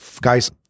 guys